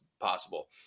possible